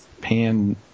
pan